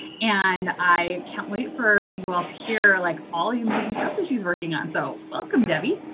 and i can't wait for you all to hear like all the amazing stuff that she's working on. so welcome debbie.